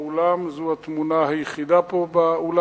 זאת התמונה היחידה פה באולם שלנו.